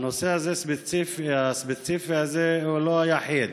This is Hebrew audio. הנושא הספציפי הזה הוא לא היחיד.